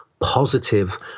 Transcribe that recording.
positive